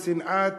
ושנאת